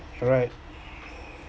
right